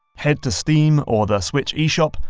head to steam or the switch eshop,